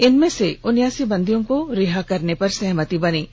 इनमें से उनासी बंदियों को रिहा करने पर सहमति बनी है